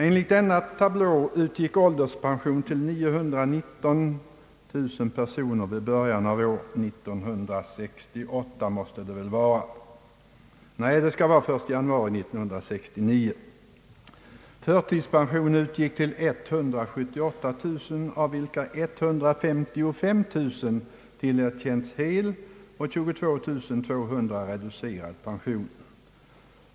Enligt denna tablå utgick ålderspension till 919 000 personer, förtidspension till 178 000, av vilka 155 000 tillerkänts hel och 22200 reducerad pension.